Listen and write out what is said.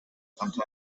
attended